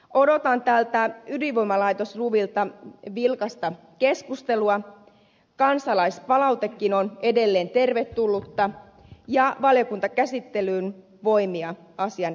odotan näistä ydinvoimalaitosluvista vilkasta keskustelua kansalaispalautekin on edelleen tervetullutta ja valiokuntakäsittelyyn voimia asian edistämiseksi